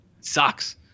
Sucks